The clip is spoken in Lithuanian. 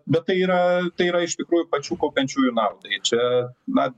bet tai yra tai yra iš tikrųjų pačių kaupiančiųjų naudai čia na